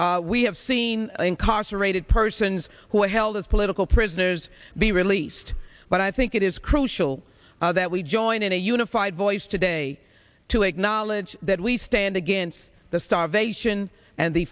we have seen incarcerated persons who are held as political prisoners be released but i think it is crucial that we join in a unified voice today to acknowledge that we stand against the starvation and the